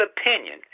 opinion